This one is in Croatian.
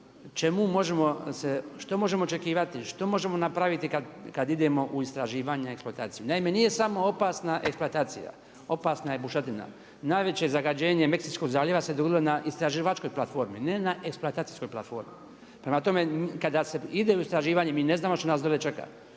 što možemo očekivati, što možemo napraviti kada idemo u istraživanje i u eksploataciju. Naime nije samo opasna eksploatacija, opasna je bušotina. Najveće zagađenje Meksičkog zaljeva se dogodilo na istraživačkoj platformi, ne na eksploatacijskoj platformi. Prema tome, kada se ide u istraživanje mi ne znamo šta nas dolje čeka.